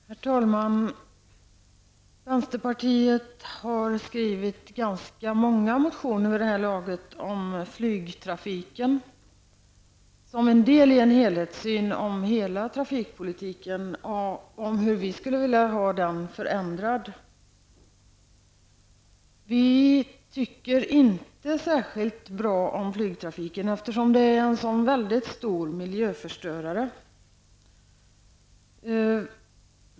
Herr talman! Vid det här laget är det ganska många motioner som vi i vänsterpartiet har väckt beträffande flygtrafiken. Det gäller då vår helhetssyn i fråga om trafikpolitiken och vår uppfattning om hur trafikpolitiken kan förändras. Vi tycker inte särskilt bra om flygtrafiken. Flyget är ju en mycket stor miljöförstörare.